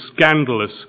scandalous